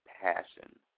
passion